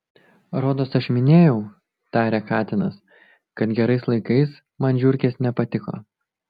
rodos aš minėjau tarė katinas kad gerais laikais man žiurkės nepatiko